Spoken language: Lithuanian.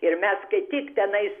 ir mes kai tik tenais